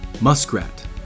Muskrat